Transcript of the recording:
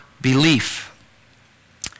belief